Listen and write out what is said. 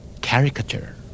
Caricature